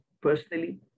personally